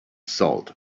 salt